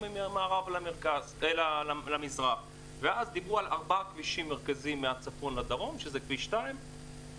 ומהמערב למזרח ואז דיברו על ארבעה כבישים מהצפון לדרום שזה כביש 2,